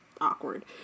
Awkward